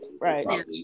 right